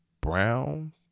brown